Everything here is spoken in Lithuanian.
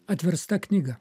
atversta knyga